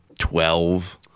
Twelve